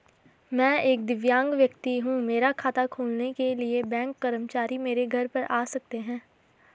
मैं एक दिव्यांग व्यक्ति हूँ मेरा खाता खोलने के लिए बैंक कर्मचारी मेरे घर पर आ सकते हैं?